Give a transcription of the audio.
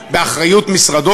באחריות משרדו,